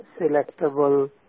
selectable